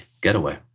getaway